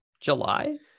July